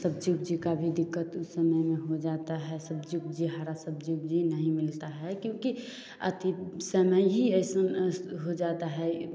सब्ज़ी उब्ज़ी की भी दिक़्क़त उस समय में हो जाती है सब्ज़ी उब्ज़ी हरी सब्ज़ी उब्ज़ी नहीं मिलती है क्योंकि अथी समय ही ऐसे ऐसा हो जाता है